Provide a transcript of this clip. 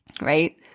right